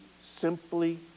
simply